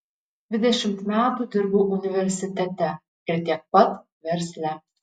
dvidešimt metų dirbau universitete ir tiek pat versle